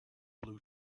blue